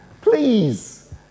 Please